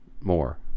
More